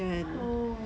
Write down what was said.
oh